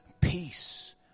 peace